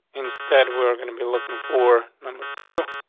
instead, we're gonna be looking for number two.